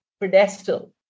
pedestal